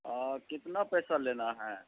کتنا پیسہ لینا ہے